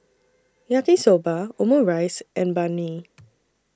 Yaki Soba Omurice and Banh MI